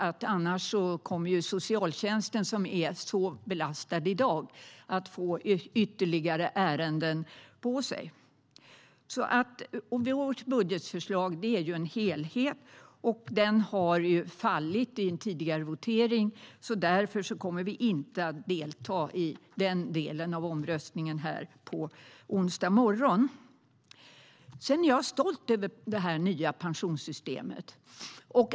Annars kommer socialtjänsten, som är högt belastad i dag, att få ytterligare ärenden. Vårt budgetförslag är en helhet. Den har fallit i en tidigare votering. Därför kommer vi inte att delta i den delen av omröstningen på onsdag morgon. Jag är stolt över det nya pensionssystemet.